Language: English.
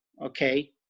okay